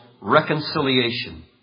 reconciliation